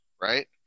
right